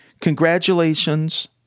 Congratulations